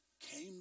came